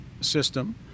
system